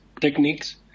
techniques